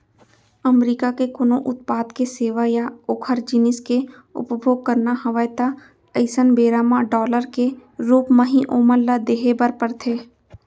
अमरीका के कोनो उत्पाद के सेवा या ओखर जिनिस के उपभोग करना हवय ता अइसन बेरा म डॉलर के रुप म ही ओमन ल देहे बर परथे